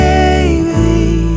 Baby